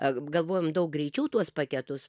galvojom daug greičiau tuos paketus